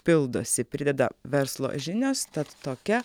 pildosi prideda verslo žinios tad tokia